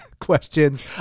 questions